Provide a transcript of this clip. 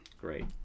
Great